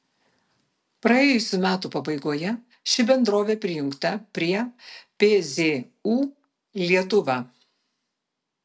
praėjusių metų pabaigoje ši bendrovė prijungta prie pzu lietuva